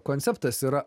konceptas yra